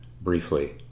briefly